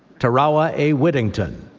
tarawa a. whittington.